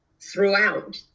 throughout